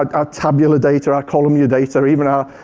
like our tabular data, our columnar data, or even our